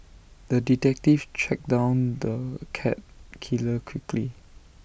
the detective tracked down the cat killer quickly